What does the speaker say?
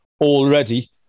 already